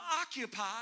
occupy